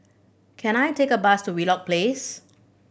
can I take a bus to Wheelock Place